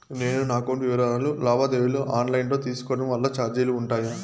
నేను నా అకౌంట్ వివరాలు లావాదేవీలు ఆన్ లైను లో తీసుకోవడం వల్ల చార్జీలు ఉంటాయా?